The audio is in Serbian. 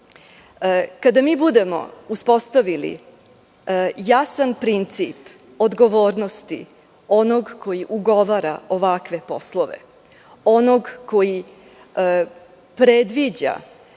budemo uspostavili jasan princip odgovornosti onog koji ugovara ovakve poslove, onog koji predviđa